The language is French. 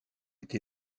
été